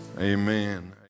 amen